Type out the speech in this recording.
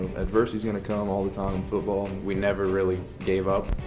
adversity's going to come all the time in football. we never really gave up.